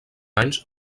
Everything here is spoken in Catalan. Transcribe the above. anys